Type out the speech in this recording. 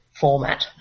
format